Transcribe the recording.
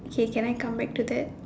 okay can I come back to that